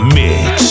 mix